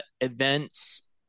events